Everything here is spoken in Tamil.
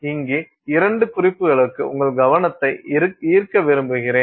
இங்கே இரண்டு குறிப்புகளுக்கு உங்கள் கவனத்தை ஈர்க்க விரும்புகிறேன்